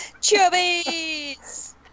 Chubby's